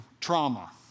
trauma